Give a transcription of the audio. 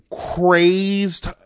crazed